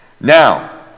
Now